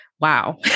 Wow